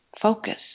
Focus